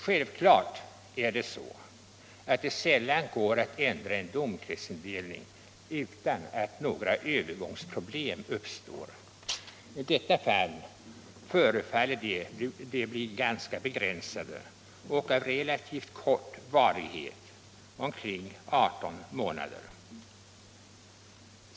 Självklart är det så, att det sällan går att ändra en domkretsindelning utan att några övergångsproblem uppstår. I detta fall förefaller de bli ganska begränsade och av relativt kort varaktighet, omkring 18 månader.